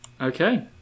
Okay